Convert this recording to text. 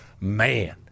Man